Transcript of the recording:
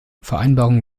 vereinbarungen